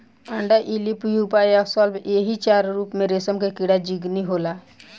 अंडा इल्ली प्यूपा आ शलभ एही चार रूप में रेशम के कीड़ा के जिनगी होला